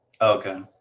okay